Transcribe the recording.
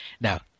Now